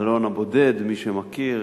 "האלון הבודד" מי שמכיר,